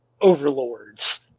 overlords